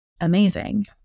amazing